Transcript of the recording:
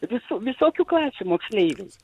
visų visokių klasių moksleiviai